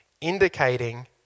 indicating